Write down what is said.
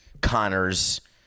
Connors